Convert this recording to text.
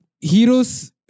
heroes